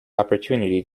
opportunity